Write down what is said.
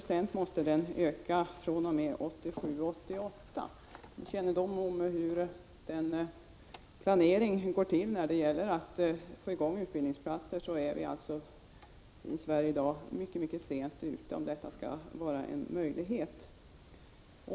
Utbildningen måste fr.o.m. 1987/88 öka med mellan 80 och 140 26. Med kännedom om hur planeringen för att inrätta nya utbildningsplatser fungerar i Sverige i dag måste man säga att vi i dag är mycket sent ute, om vi skall försöka genomföra detta.